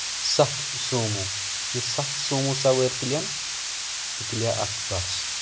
سَتھ سومو یُس سَتھ سومو سوٲرۍ تُلَن تہِ تُلہِ ہا اکھ بس